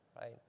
right